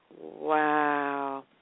Wow